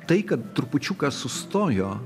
tai kad trupučiuką sustojo